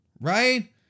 right